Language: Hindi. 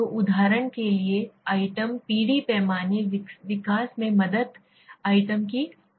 तो उदाहरण के लिए आइटम पीढ़ी पैमाने विकास में कदम आइटम की संख्या